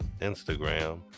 Instagram